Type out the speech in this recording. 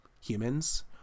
humans